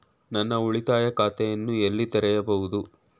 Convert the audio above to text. ನಾನು ಉಳಿತಾಯ ಖಾತೆಯನ್ನು ಎಲ್ಲಿ ತೆರೆಯಬಹುದು?